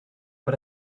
but